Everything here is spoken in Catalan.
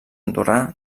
andorrà